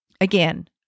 Again